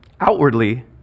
outwardly